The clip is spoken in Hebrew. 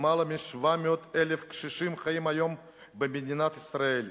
למעלה מ-700,000 קשישים חיים היום במדינת ישראל.